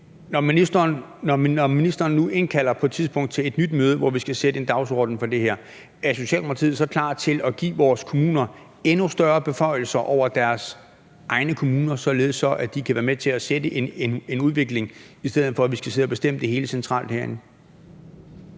når ministeren nu på et tidspunkt indkalder til et nyt møde, hvor vi skal sætte en dagsorden for det her, er Socialdemokratiet så klar til at give vores kommuner endnu større beføjelser over deres egne kommuner, således at de kan være med til at sætte en udvikling, i stedet for at vi skal sidde og bestemme det hele centralt herinde?